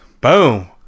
Boom